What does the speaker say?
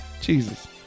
Jesus